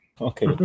Okay